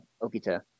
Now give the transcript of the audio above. Okita